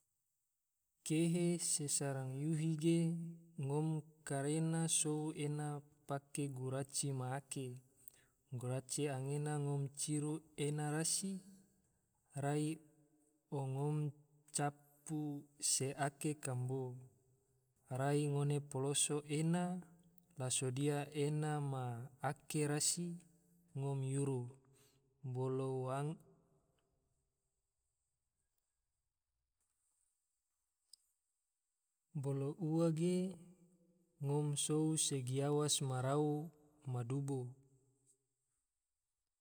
Kehe se srang yuhi ge, ngom karena sou ena pake guraci ma ake, guraci anggena ngom ciru ena rasi, rai o ngom capu se ake kambo, rai ngone poloso ena, la sodia ena ma ake rasi ngom yuru, bolo ua ge ngom sou se giawas ma rau ma dubo.